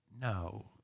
No